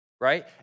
right